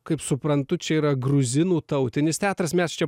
kaip suprantu čia yra gruzinų tautinis teatras mes čia